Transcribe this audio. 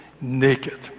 naked